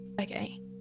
Okay